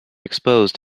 exposed